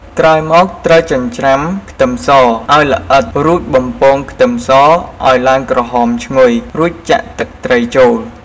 ក្រោយមកត្រូវចិញ្ច្រាំខ្ទឹមស ឱ្យល្អិតរួចបំពងខ្ទឹមសឱ្យឡើងក្រហមឈ្ងុយ រួចចាក់ទឹកត្រីចូល។